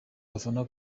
abafana